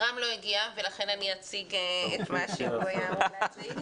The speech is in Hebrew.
רם לא הגיע ולכן אני אציג את מה שהוא היה אמור להציג,